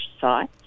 sites